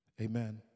Amen